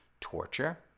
torture